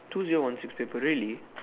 two zero one six paper really